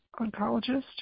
oncologist